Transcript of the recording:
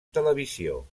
televisió